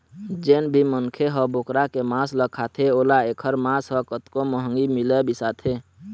जेन भी मनखे ह बोकरा के मांस ल खाथे ओला एखर मांस ह कतको महंगी मिलय बिसाथे